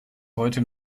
heute